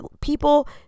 people